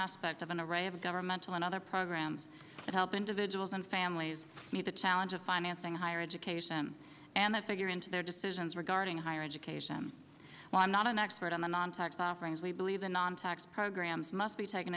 aspect of an array of governmental and other programs that help individuals and families meet the challenge of financing higher education and that figure into their decisions regarding higher education well i'm not an expert on the non tax offerings we believe the non tax programs must be taken